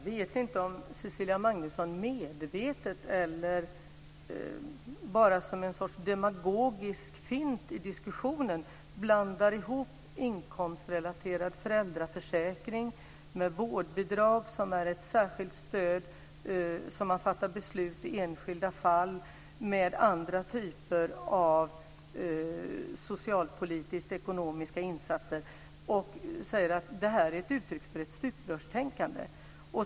Jag vet inte om Cecilia Magnusson medvetet eller bara som en sorts demagogisk fint i diskussionen blandar ihop inkomstrelaterad föräldraförsäkring med vårdbidrag, som är ett särskilt stöd som man fattar beslut om i enskilda fall, med andra typer av socialpolitiskt ekonomiska insatser när hon säger att detta är ett uttryck för ett stuprörstänkande.